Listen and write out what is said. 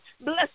Bless